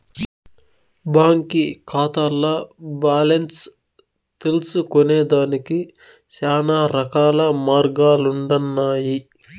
బాంకీ కాతాల్ల బాలెన్స్ తెల్సుకొనేదానికి శానారకాల మార్గాలుండన్నాయి